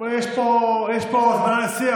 יש פה הזמנה לשיח,